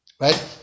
right